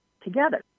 together